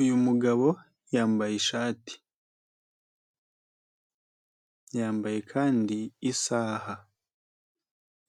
Uyu mugabo yambaye ishati, yambaye kandi isaha,